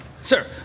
Sir